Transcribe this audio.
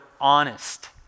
honest